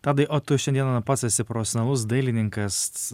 tadai o tu šiandieną pats esi profesionalus dailininkas